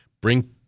bring